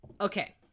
Okay